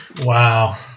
Wow